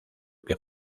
que